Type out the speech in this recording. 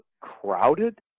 crowded